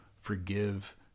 forgive